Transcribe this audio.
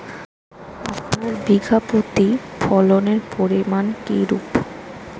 আপনার বিঘা প্রতি ফলনের পরিমান কীরূপ?